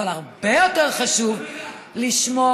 אבל הרבה יותר חשוב לשמור,